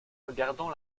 regardant